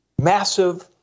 massive